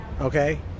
okay